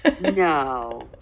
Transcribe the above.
No